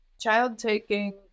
child-taking